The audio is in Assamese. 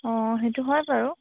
অঁ সেইটো হয় বাৰু